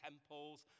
temples